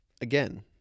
again